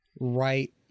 right